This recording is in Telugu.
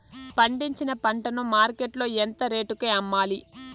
పండించిన పంట ను మార్కెట్ లో ఎంత రేటుకి అమ్మాలి?